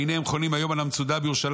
והנה הם חונים היום על המצודה בירושלים